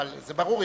זה ברור,